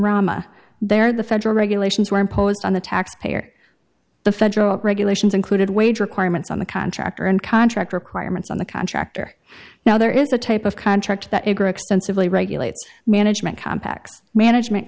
rama there the federal regulations were imposed on the taxpayer the federal regulations included wage requirements on the contractor and contract requirements on the contractor now there is a type of contract that aggro extensively regulates management compaq's management